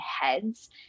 heads